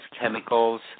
chemicals